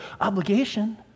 obligation